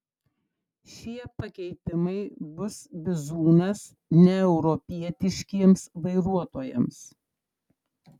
šie pakeitimai bus bizūnas neeuropietiškiems vairuotojams